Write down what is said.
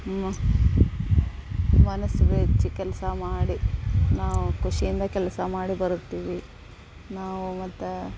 ಮನಸ್ಸು ಬಿಚ್ಚಿ ಕೆಲಸ ಮಾಡಿ ನಾವು ಖುಷಿಯಿಂದ ಕೆಲಸ ಮಾಡಿ ಬರುತ್ತೀವಿ ನಾವು ಮತ್ತು